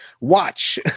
watch